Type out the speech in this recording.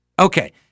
Okay